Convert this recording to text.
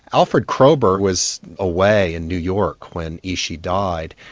alfred kroeber was away in new york when ishi died.